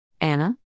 Anna